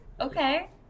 okay